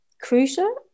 crucial